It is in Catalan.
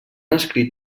escrit